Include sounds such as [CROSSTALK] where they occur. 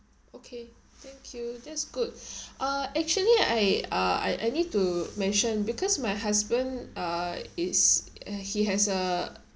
okay thank you that's good [BREATH] uh actually I uh I I need to mention because my husband uh is uh he has a